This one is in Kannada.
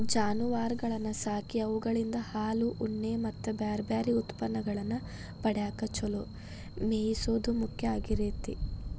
ಜಾನುವಾರಗಳನ್ನ ಸಾಕಿ ಅವುಗಳಿಂದ ಹಾಲು, ಉಣ್ಣೆ ಮತ್ತ್ ಬ್ಯಾರ್ಬ್ಯಾರೇ ಉತ್ಪನ್ನಗಳನ್ನ ಪಡ್ಯಾಕ ಚೊಲೋ ಮೇಯಿಸೋದು ಮುಖ್ಯ ಆಗಿರ್ತೇತಿ